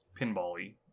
pinball-y